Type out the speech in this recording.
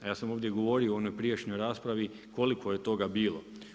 A ja sam ovdje govorio u onoj prijašnjoj raspravi koliko je toga bilo.